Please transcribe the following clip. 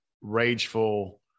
rageful